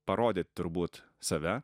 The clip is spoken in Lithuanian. parodyt turbūt save